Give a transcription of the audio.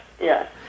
Yes